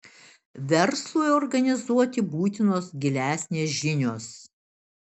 verslui organizuoti būtinos gilesnės žinios